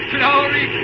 Glory